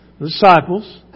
disciples